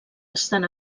estan